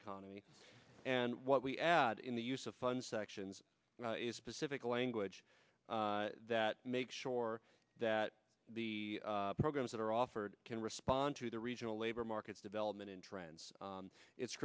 economy and what we add in the use of funds sections specific language that make sure that the programs that are offered can respond to the regional labor market development in trends it's